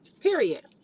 Period